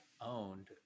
owned